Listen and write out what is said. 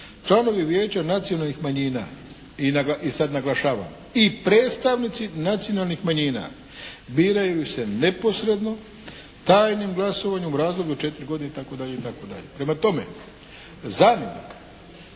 članovi Vijeća nacionalnih manjina i sad naglašavam i predstavnici nacionalnih manjina biraju se neposredno tajnim glasovanjem u razdoblju od četiri godine itd. Prema tome, zamjenik